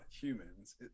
humans